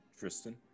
Tristan